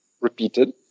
repeated